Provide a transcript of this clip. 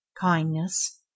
Kindness